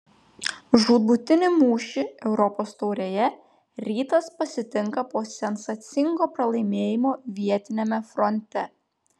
žūtbūtinį mūšį europos taurėje rytas pasitinka po sensacingo pralaimėjimo vietiniame fronte